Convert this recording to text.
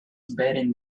bearing